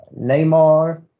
Neymar